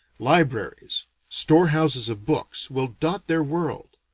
libraries store-houses of books will dot their world.